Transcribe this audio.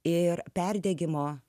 ir perdegimo